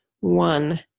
one